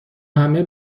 همه